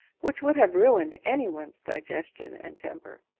which would have ruined anyone's digestion and temper.